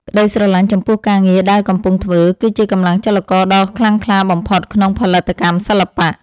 ក្តីស្រលាញ់ចំពោះការងារដែលកំពុងធ្វើគឺជាកម្លាំងចលករដ៏ខ្លាំងក្លាបំផុតក្នុងផលិតកម្មសិល្បៈ។